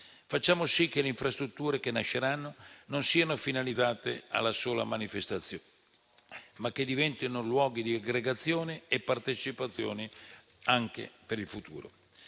Facciamo sì che le infrastrutture che nasceranno non siano finalizzate alla sola manifestazione, ma diventino luoghi di aggregazione e partecipazione anche per il futuro.